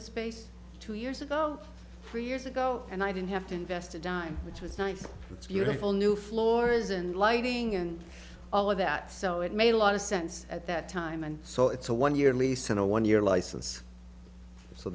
the space two years ago three years ago and i didn't have to invest a dime which was nice looks beautiful new floors and lighting and all of that so it made a lot of sense at that time and so it's a one year lease and a one year license so